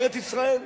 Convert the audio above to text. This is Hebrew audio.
ארץ-ישראל,